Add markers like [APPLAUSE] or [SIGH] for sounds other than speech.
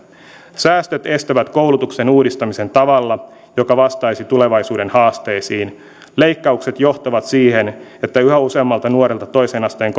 säästöt estävät koulutuksen uudistamisen tavalla joka vastaisi tulevaisuuden haasteisiin leikkaukset johtavat siihen että yhä useammalta nuorelta toisen asteen [UNINTELLIGIBLE]